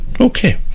Okay